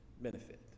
benefit